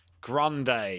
grande